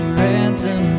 ransom